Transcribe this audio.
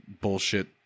bullshit